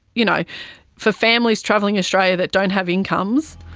you know for families travelling australia that don't have incomes.